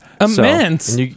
immense